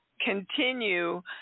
continue